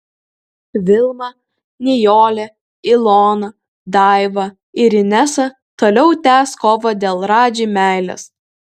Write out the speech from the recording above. vilma nijolė ilona daiva ir inesa toliau tęs kovą dėl radži meilės